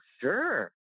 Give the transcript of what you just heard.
sure